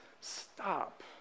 stop